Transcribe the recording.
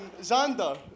Xander